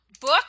Book